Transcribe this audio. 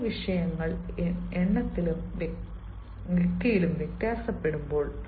ഈ വിഷയങ്ങൾ എണ്ണത്തിലും വ്യക്തിയിലും വ്യത്യാസപ്പെടുമ്പോൾ